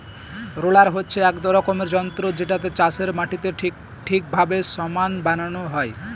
roller হচ্ছে এক রকমের যন্ত্র যেটাতে চাষের মাটিকে ঠিকভাবে সমান বানানো হয়